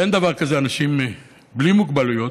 שאין דבר כזה אנשים בלי מוגבלויות,